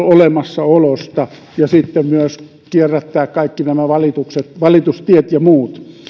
olemassaolosta ja sitten myös kierrätettävä kaikki nämä valitustiet valitustiet ja muut